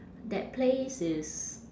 that place is